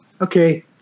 okay